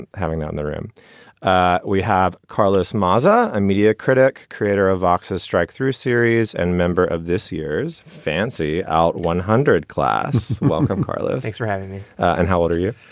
and having them in the room ah we have carlos mesa, a media critic, creator of ah ochss strike through series and member of this year's fancy out one hundred class. welcome, carlos. thanks for having me. and how old are you?